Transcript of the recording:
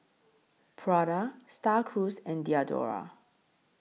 Prada STAR Cruise and Diadora